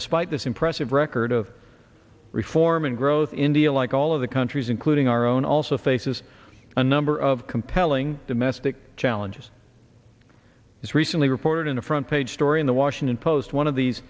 despite this impressive record of reform and growth india like all of the countries including our own also faces a number of compelling domestic challenges as recently reported in a front page story in the washington post one of these